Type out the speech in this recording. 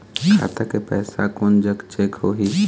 खाता के पैसा कोन जग चेक होही?